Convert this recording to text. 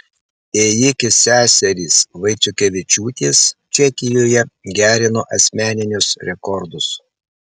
ėjikės seserys vaiciukevičiūtės čekijoje gerino asmeninius rekordus